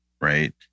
Right